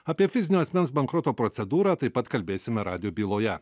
apie fizinio asmens bankroto procedūrą taip pat kalbėsime radijo byloje